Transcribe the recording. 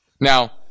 Now